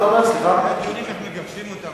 דיונים איך מגרשים אותם,